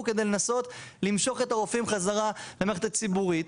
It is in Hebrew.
כדי לנסות למשוך את הרופאים בחזרה למערכת הציבורית,